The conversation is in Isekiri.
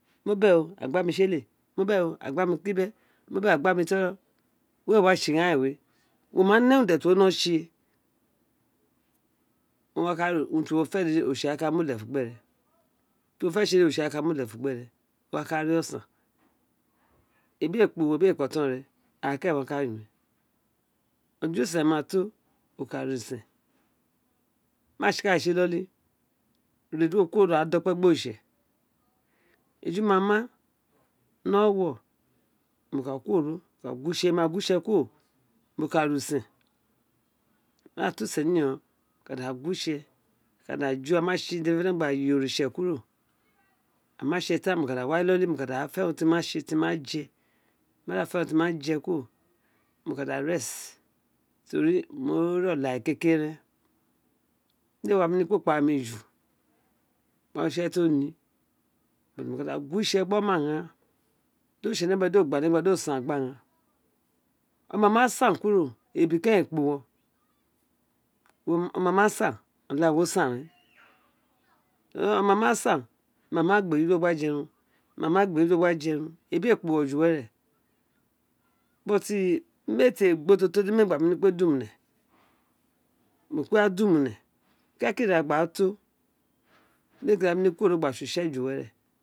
Mo bí éè o a gba mi tskle mo bi èé o a gba mi ukpibe mo bi éè o a gba mí tọro wé wa tsi ighea ran ju were we wo ma né uren dé tí uwo ma for tse dede oritse wa ka ka my lefán bens ebi a kpa uwo ebr a kpa oton re aghaan keren ojo usen ma to wa ka ri wo ka re user ma tsikale ní iloli re di kuwon gba dekpe do kuworo pe gbi, ọritse ejumama ni owowo mo ka kuworo ma ma ka qu qu we ítse moma gu we ítse kusto mo ka ka re use mo ma da tu usen wa mo ka doy, gy wo ítse mo ma the urun da dediutan tbeatert moghas arin or ítse amer da wa ní loli mo lan da fe urun temi wá mo ma da fè, urun temr wa jé kuro mȯ ka da tori mo re olare ke ke kè re rén me wa nemt pospo a tro da gba mu ê ó mu ka de itse abi omeghan gu wi ren dr or alenebri we do aba nii gor infchean to sen gist then oma ma san ku gother eba keren kuro ma san wo san reen oma ma saem ma gbaara mangbreyi do to wa jeurun ebs de mama eyi u wéré mi a te ee gbo tó tó tí mí ee da ne mí du muné mo kpe wa dumune keke ira ma to tí mr a gba nemi kuworo gba nemi tsí utse juwéré.